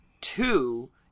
Two